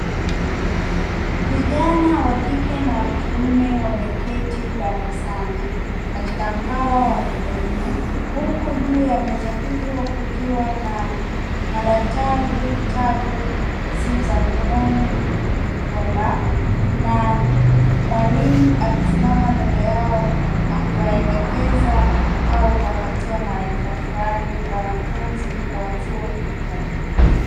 Vijana wa kike na wakiume wameketi darasani katika mkao wa pembe nne huku juu ya meza hizo kukiwa na madaftari, vitabu, simu za mkononi, mikoba na mwalimu amesimama mbele yao akiwaeekeza au kuwapatia maarifa fulani wanafunzi wa chuo kikuu.